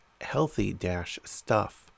healthy-stuff